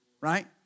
Right